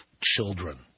children